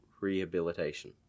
rehabilitation